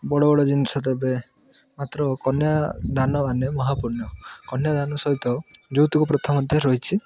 ବଡ଼ ବଡ଼ ଜିନଷ ଦେବେ ମାତ୍ର କନ୍ୟାଦାନ ମାନେ ମହାପୁଣ୍ୟ କନ୍ୟାଦାନ ସହିତ ଯୌତୁକ ପ୍ରଥା ମଧ୍ୟ ରହିଛି